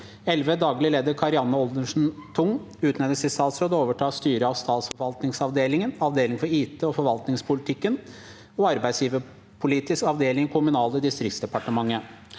11. Daglig leder Karianne Oldernes Tung utnevnes til statsråd og overtar styret av Statsforvaltningsavdelingen, Avdeling for IT- og forvaltningspolitikk og Arbeidsgiverpolitisk avdeling i Kommunal- og distriktsdepartementet.